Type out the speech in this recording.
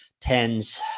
tens